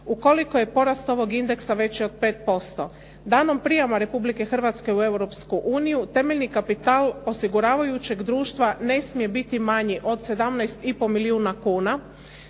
ukoliko je porast ovog indeksa veći od 5%. Danom prijema Republike Hrvatske u Europsku uniju, temeljni kapital osiguravajućeg društva ne smije biti manji od 17,5 milijuna kuna